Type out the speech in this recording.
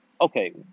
okay